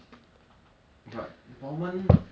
um zi quan say [one] not me